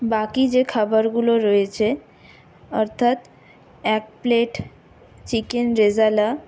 বাকি যে খাবারগুলো রয়েছে অর্থাৎ এক প্লেট চিকেন রেজালা